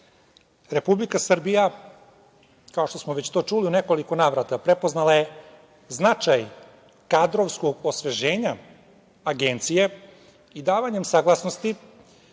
Republika Srbija kao što smo već čuli u nekoliko navrata prepoznala je značaj kadrovskog osveženja Agencije i davanjem saglasnosti